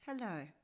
Hello